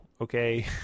Okay